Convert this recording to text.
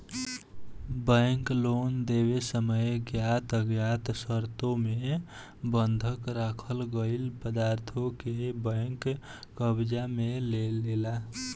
bank loan देवे समय ज्ञात अज्ञात शर्तों मे बंधक राखल गईल पदार्थों के बैंक कब्जा में लेलेला